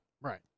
Right